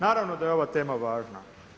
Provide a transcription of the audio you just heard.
Naravno da je ova tema važna.